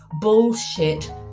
bullshit